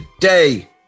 Today